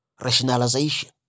rationalization